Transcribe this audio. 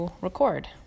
record